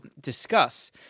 discuss